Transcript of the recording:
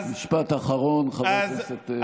משפט אחרון, חבר הכנסת רוטמן.